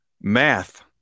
Math